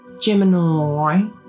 Gemini